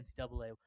NCAA